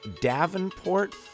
Davenport